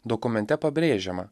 dokumente pabrėžiama